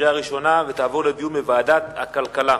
בקריאה ראשונה, ותעבור לדיון בוועדת הכלכלה.